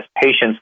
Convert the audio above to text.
patients